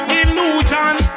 illusion